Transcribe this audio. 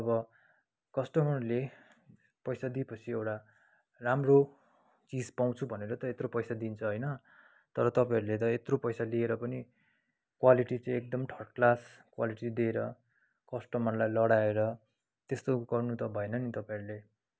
जब कस्टमरले पैसा दिए पछि एउटा राम्रो चिज पाउँछु भनेर त यत्रो पैसा दिन्छ होइन तर तपाईँहरूले त यत्रो पैसा लिएर पनि क्वालिटी चाहिँ एकदम थर्ड क्लास क्वालिटी दिएर कस्टमरलाई लडाएर यस्तो गर्नु त भएन नि तपाईँहरूले